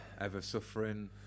Ever-suffering